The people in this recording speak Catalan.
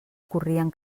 corrien